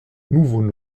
nouveau